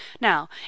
now